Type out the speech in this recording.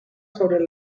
sobre